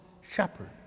shepherd